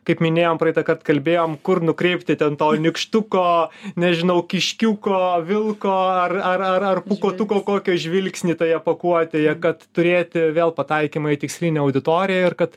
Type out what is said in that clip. kaip minėjom praeitą kart kalbėjom kur nukreipti ten to nykštuko nežinau kiškiuko vilko ar ar ar ar pūkuotuko kokio žvilgsnį toje pakuotėje kad turėti vėl pataikymą į tikslinę auditoriją ir kad